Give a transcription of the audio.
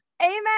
amen